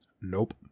Nope